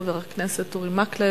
חבר הכנסת אורי מקלב,